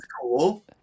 cool